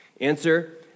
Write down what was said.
Answer